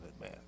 man